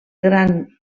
gran